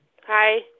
Hi